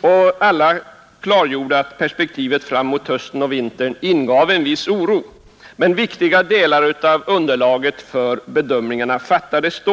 och alla klargjorde att perspektivet fram emot hösten och vintern ingav en viss oro. Men viktiga delar av underlaget för bedömningarna fattades då.